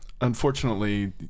unfortunately